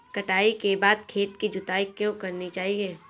कटाई के बाद खेत की जुताई क्यो करनी चाहिए?